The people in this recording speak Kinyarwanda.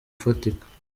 ufatika